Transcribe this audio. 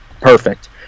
perfect